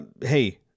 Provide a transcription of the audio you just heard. Hey